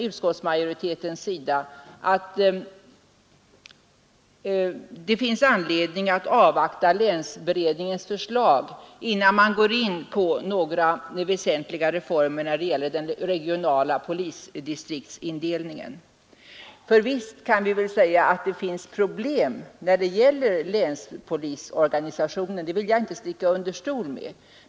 Utskottsmajoriteten menar att det finns anledning att avvakta länsberedningens förslag innan man går in på några väsentliga reformer när det gäller den regionala polisdistriktsindelningen. Visst kan vi väl säga att det finns problem när det gäller länspolisorganisationen, det vill jag inte sticka under stol med.